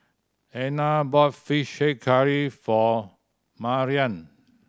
Ena bought Fish Head Curry for Mariann